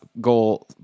goal